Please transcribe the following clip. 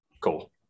cool